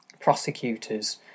prosecutors